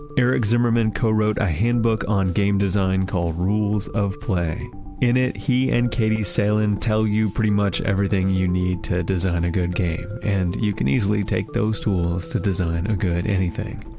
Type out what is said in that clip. eric zimmerman co-wrote a handbook on game design called rules of play in it he and katie salen tell you pretty much everything you need to design a good game. and you can easily take those tools to design a good anything.